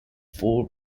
full